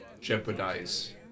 Jeopardize